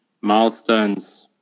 milestones